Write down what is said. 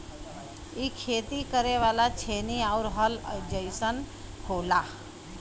इ खेती करे वाला छेनी आउर हल जइसन होला